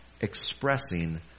expressing